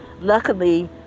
luckily